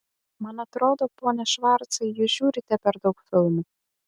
man atrodo pone švarcai jūs žiūrite per daug filmų